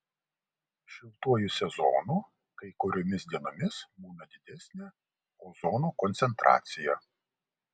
šiltuoju sezonu kai kuriomis dienomis buvo didesnė ozono koncentracija